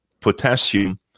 potassium